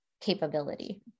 capability